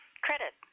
credit